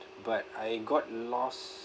but I got lost